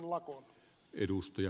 arvoisa puhemies